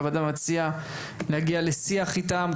הוועדה מציעה להגיע לשיח איתם,